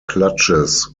clutches